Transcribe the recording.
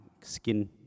skin